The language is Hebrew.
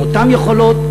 עם אותן יכולות,